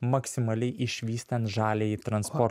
maksimaliai išvysti ant žaliąjį transpor